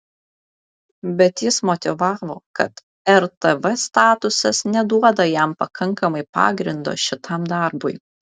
bet jis motyvavo kad rtv statutas neduoda jam pakankamai pagrindo šitam darbui